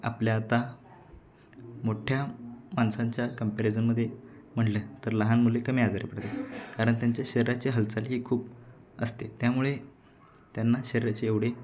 आपल्या आता मोठ्या माणसांच्या कंपॅरिजनमध्ये म्हटलं तर लहान मुले कमी आजारी पडतात कारण त्यांच्या शरीराची हालचाल ही खूप असते त्यामुळे त्यांना शरीराची एवढी